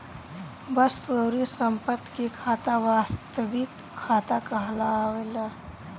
वस्तु अउरी संपत्ति के खाता वास्तविक खाता कहलाला